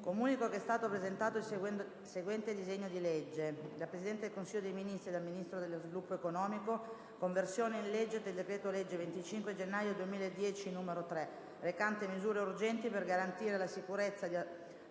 Comunico che è stato presentato il seguente disegno di legge: *dal Presidente del Consiglio dei ministri e dal Ministro dello sviluppo economico:* «Conversione in legge del decreto-legge 25 gennaio 2010, n. 3, recante misure urgenti per garantire la sicurezza di